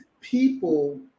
people